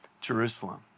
Jerusalem